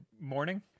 morning